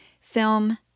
film